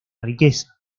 riqueza